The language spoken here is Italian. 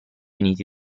uniti